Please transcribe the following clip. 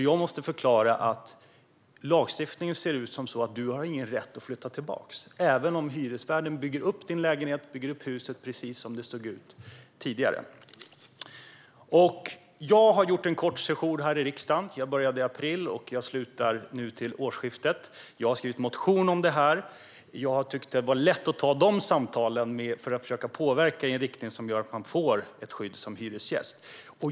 Jag måste förklara att lagstiftningen ser ut som så att hyresgästen inte har någon rätt att flytta tillbaka, även om hyresvärden bygger upp lägenheten och huset precis som de såg ut tidigare. Jag har gjort en kort sejour i riksdagen. Jag började i april, och jag slutar till årsskiftet. Jag har väckt en motion i frågan, och jag har tyckt att det har varit lätt att ta de samtalen med er för att försöka påverka i en riktning som gör att man får ett skydd som hyresgäst.